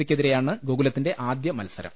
സിക്കെതി രെയാണ് ഗോകുലത്തിന്റെ ആദ്യ മത്സരം